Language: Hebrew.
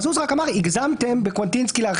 מזוז רק אמר: הגזמתם בהרחבה בקוונטינסקי.